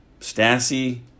Stassi